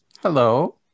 hello